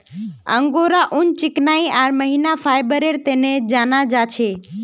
angora ऊन चिकनाई आर महीन फाइबरेर तने जाना जा छे